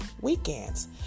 weekends